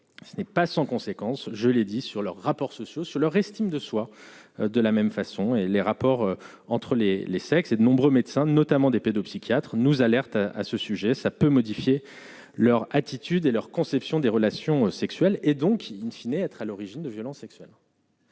ce n'est pas sans conséquences, je l'ai dit sur leurs rapports sociaux sur leur estime de soi, de la même façon et les rapports entre les les sexes et de nombreux médecins, notamment des pédopsychiatres nous alerte à ce sujet, ça peut modifier leur attitude et leur conception des relations sexuelles et donc, in fine, et être à l'origine de violences sexuelles.